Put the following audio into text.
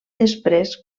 després